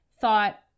thought